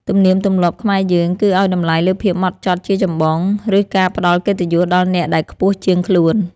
ទំនៀមទម្លាប់ខ្មែរយើង គឺឱ្យតម្លៃលើភាពហ្មត់ចត់ជាចម្បង ឬការផ្តល់កិត្តិយសដល់អ្នកដែលខ្ពស់ជាងខ្លួន។